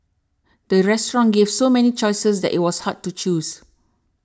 the restaurant gave so many choices that it was hard to choose